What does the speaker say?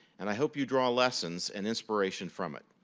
and i hope you draw lessons and inspiration from it.